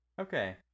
Okay